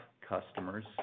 customers